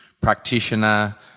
practitioner